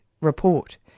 report